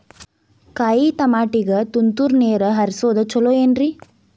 ಕಾಯಿತಮಾಟಿಗ ತುಂತುರ್ ನೇರ್ ಹರಿಸೋದು ಛಲೋ ಏನ್ರಿ?